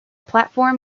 platform